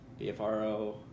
BFRO